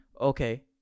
okay